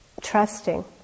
trusting